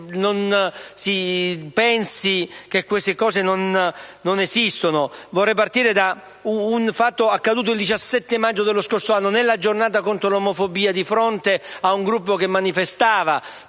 non si pensi che queste cose non esistano. Vorrei partire da un fatto accaduto il 17 maggio dello scorso anno. Nella Giornata contro l'omofobia, di fronte a un gruppo che manifestava